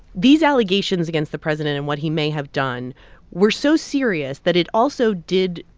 these allegations against the president and what he may have done were so serious that it also did,